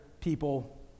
people